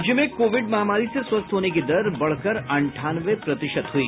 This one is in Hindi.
राज्य में कोविड महामारी से स्वस्थ होने की दर बढ़कर अंठानवे प्रतिशत हुई